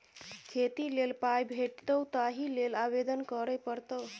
खेती लेल पाय भेटितौ ताहि लेल आवेदन करय पड़तौ